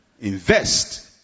invest